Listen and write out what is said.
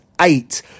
eight